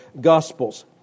Gospels